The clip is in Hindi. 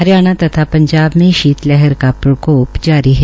हरियाणा तथा पंजाब में शीत लहर का प्रकोप जारी है